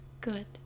Good